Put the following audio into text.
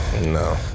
No